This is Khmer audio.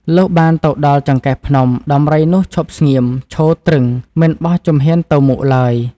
លុះបានទៅដល់ចង្កេះភ្នំ ដំរីនោះឈប់ស្ងៀម ឈរទ្រីង មិនបោះ ជំហានទៅមុខឡើយ ។